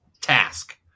task